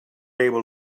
able